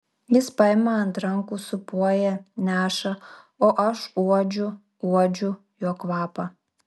jis paima ant rankų sūpuoja neša o aš uodžiu uodžiu jo kvapą